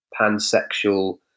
pansexual